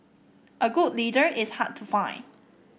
a good leader is hard to find